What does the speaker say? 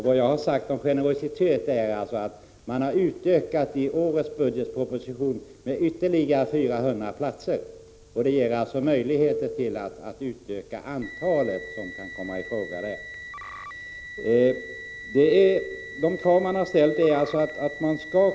Vad jag har sagt om generositet är att regeringen i årets budgetproposition har medgivit ytterligare 400 platser, vilket innebär att det finns möjlighet att öka antalet platser där det behövs.